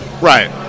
Right